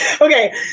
Okay